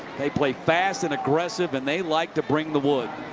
they play fast and aggressive and they like to bring the wood.